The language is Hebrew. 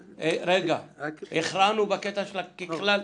הכרענו בקטע של ה"ככלל"?